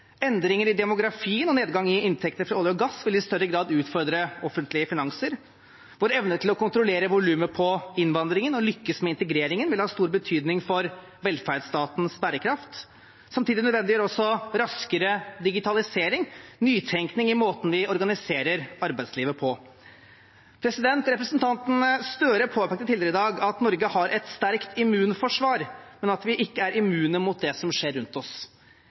Endringer i demografien og nedgang i inntekter fra olje og gass vil i større grad utfordre offentlige finanser. Vår evne til å kontrollere volumet på innvandringen og å lykkes med integreringen vil ha stor betydning for velferdsstatens bærekraft. Samtidig nødvendiggjør også raskere digitalisering nytenkning i måten vi organiserer arbeidslivet på. Representanten Gahr Støre påpekte tidligere i dag at Norge har et sterkt immunforsvar, men at vi ikke er immune mot det som skjer rundt oss.